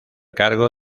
cargo